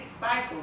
cycle